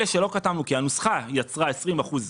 אלה שלא קטמנו, כי הנוסחה יצרה 20% מקדם,